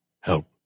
help